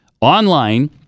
online